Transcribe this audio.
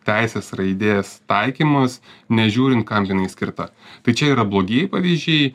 teisės raidės taikymas nežiūrint kam jinai skirta tai čia yra blogieji pavyzdžiai